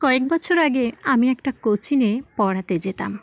কয়েক বছর আগে আমি একটা কোচিং এ পড়াতে যেতাম